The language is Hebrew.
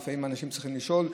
לפעמים אנשים צריכים לשאול.